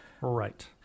Right